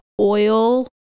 oil